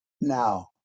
now